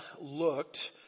looked